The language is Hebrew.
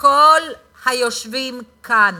שכל היושבים כאן,